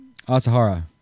Asahara